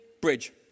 Bridge